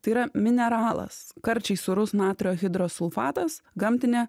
tai yra mineralas karčiai sūrus natrio hidrosulfatas gamtinė